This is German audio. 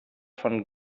von